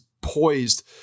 poised